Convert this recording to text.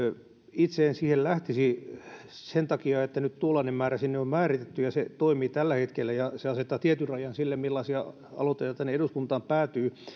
itse en siihen lähtisi sen takia että nyt tuollainen määrä sinne on määritetty ja se toimii tällä hetkellä ja se asettaa tietyn rajan sille millaisia aloitteita tänne eduskuntaan päätyy